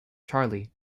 charlie